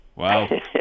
Wow